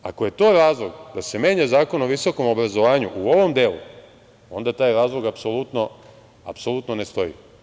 Ako je to razlog da se menja Zakon o visokom obrazovanju u ovom delu, onda taj razlog apsolutno ne stoji.